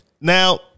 Now